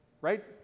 Right